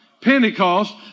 Pentecost